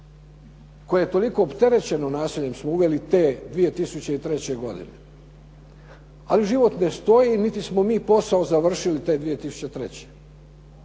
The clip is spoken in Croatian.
koje je toliko opterećeno nasiljem smo uveli te 2003. godine. Ali život ne stoji niti smo mi posao završili te 2003. Život